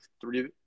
three